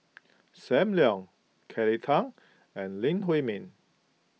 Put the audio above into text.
Sam Leong Kelly Tang and Lee Huei Min